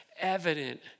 evident